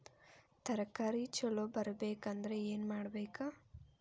ತರಕಾರಿ ಛಲೋ ಬರ್ಬೆಕ್ ಅಂದ್ರ್ ಏನು ಮಾಡ್ಬೇಕ್?